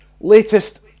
latest